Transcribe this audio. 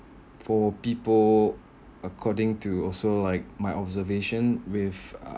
for people according to also like my observation with uh